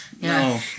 No